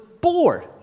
bored